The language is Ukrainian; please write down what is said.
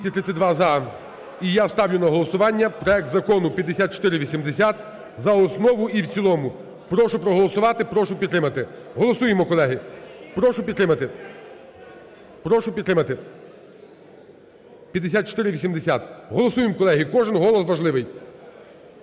І я ставлю на голосування проект Закону 5480 за основу і в цілому. Прошу проголосувати. Прошу підтримати. Голосуємо, колеги. Прошу підтримати. Прошу підтримати 5480. Голосуємо, колеги. кожен голос важливий.